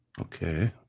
Okay